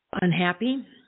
unhappy